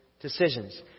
decisions